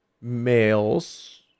males